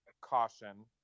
caution